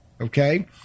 okay